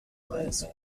lines